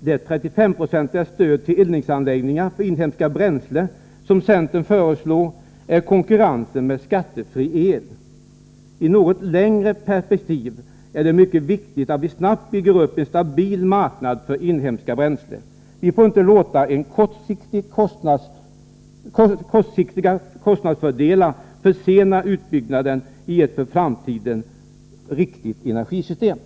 det 35-procentiga stöd till eldningsanläggningar för inhemska bränslen som centern föreslår är konkurrensen med skattefri el. I ett något längre perspektiv är det mycket viktigt att vi snabbt bygger upp en stabil marknad för inhemska bränslen. Vi får inte låta kortsiktiga kostnadsfördelar försena utbyggnaden i ett för framtiden riktigt energisystem.